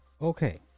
Okay